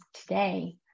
today